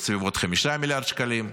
בסביבות 5 מיליארד שקלים,